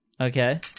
Okay